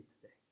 today